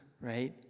Right